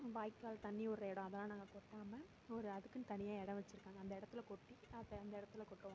வாய்க்கால் தண்ணிர் ஓடுற எடம் அதல்லாம் நாங்கள் கொட்டாமல் ஒரு அதுக்குனு தனியாக இடம் வச்சுருக்காங்க அந்த இடத்துல கொட்டி அப்போ அந்த இடத்துல கொட்டுவாங்க